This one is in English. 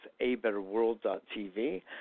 abetterworld.tv